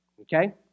Okay